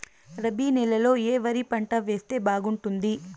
రబి నెలలో ఏ వరి పంట వేస్తే బాగుంటుంది